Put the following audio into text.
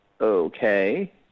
Okay